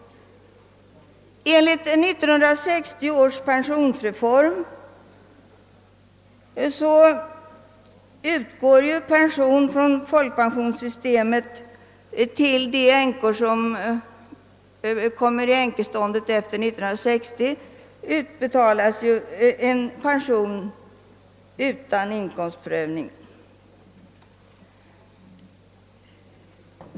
Enligt 1960 års pensionsreform utgår pension från folkpensionssystemet utan inkomstprövning till de gifta kvinnor som blir änkor efter den 1 juli 1960.